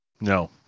No